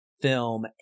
film